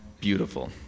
beautiful